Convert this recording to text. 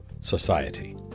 society